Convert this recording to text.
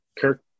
Kirk